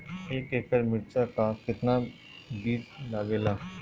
एक एकड़ में मिर्चा का कितना बीज लागेला?